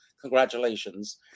congratulations